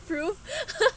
proof